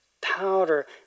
powder